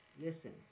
Listen